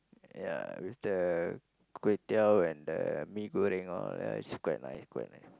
ya with the kway-teow and the mee-goreng all ya is quite nice quite nice